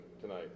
tonight